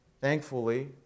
thankfully